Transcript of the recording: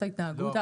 לא.